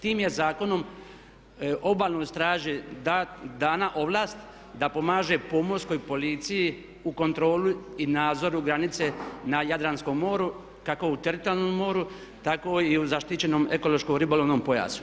Tim je zakonom Obalnoj straži dana ovlast da pomaže pomorskoj policiji u kontroli i nadzoru granice na Jadranskom moru kako u teritorijalnom moru tako i u zaštićenom ekološkom ribolovnom pojasu.